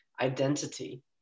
identity